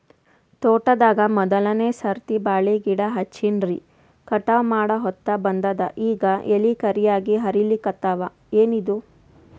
ತೋಟದಾಗ ಮೋದಲನೆ ಸರ್ತಿ ಬಾಳಿ ಗಿಡ ಹಚ್ಚಿನ್ರಿ, ಕಟಾವ ಮಾಡಹೊತ್ತ ಬಂದದ ಈಗ ಎಲಿ ಕರಿಯಾಗಿ ಹರಿಲಿಕತ್ತಾವ, ಏನಿದು?